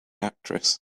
actress